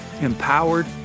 empowered